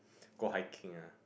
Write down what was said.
go hiking ah